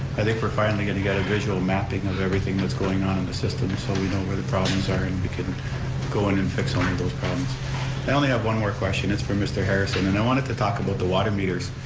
i think we're finally going to get a visual mapping of everything that's going on in the system so know where the problems are and we can go in and fix some of those problems. i only have one more question, it's for mr. harrison and i wanted to talk about the water meters.